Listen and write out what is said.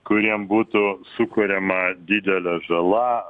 kuriem būtų sukuriama didelė žala